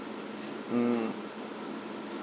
mm